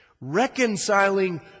reconciling